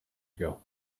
ago